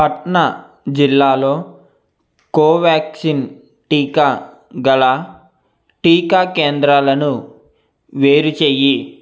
పట్నా జిల్లాలో కోవాక్సిన్ టీకా గల టీకా కేంద్రాలను వేరు చెయ్యి